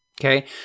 okay